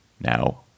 Now